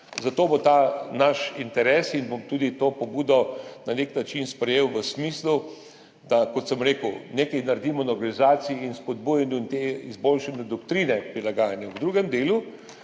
Zato bo ta naš interes in bom tudi to pobudo na nek način sprejel, v smislu, da, kot sem rekel, nekaj naredimo na organizaciji in spodbujanju, izboljšanju doktrine prilagajanja. V drugem delu